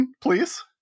please